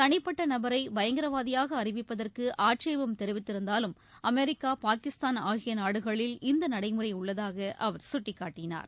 தனிப்பட்ட நபரை பயங்கரவாதியாக அறிவிப்பதற்கு ஆட்சேபம் தெரிவித்திருந்தாலும் அமெரிக்கா பாகிஸ்தான் ஆகிய நாடுகளில் இந்த நடைமுறை உள்ளதாக அவர் சுட்டிக்காட்டினார்